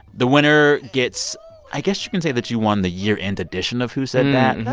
the winner gets i guess you can say that you won the year-end edition of who said that and and